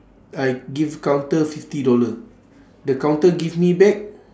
I give counter fifty dollar the counter give me back